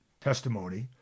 testimony